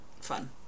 fun